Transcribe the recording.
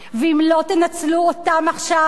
ואם לא תנצלו אותם עכשיו,